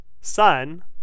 sun